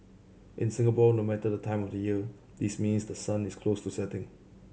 in Singapore no matter the time of the year this means the sun is close to setting